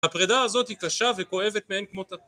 הפרידה הזאת היא קשה וכואבת מעין כמותה